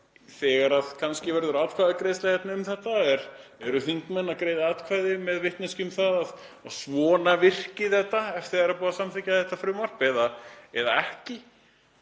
Þegar það verður atkvæðagreiðsla um þetta, eru þingmenn að greiða atkvæði með vitneskju um það að svona virki þetta þegar búið er að samþykkja þetta frumvarp eða ekki?